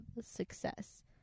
success